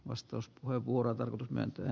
vastauspuheenvuorot olivat mentyä